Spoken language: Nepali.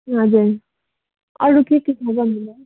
हजुर अरू के के छ भनिदिनु होस्